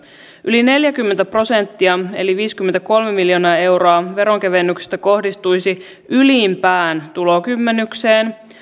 yli neljäkymmentä prosenttia eli viisikymmentäkolme miljoonaa euroa veronkevennyksistä kohdistuisi ylimpään tulokymmenykseen